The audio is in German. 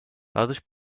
dadurch